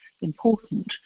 important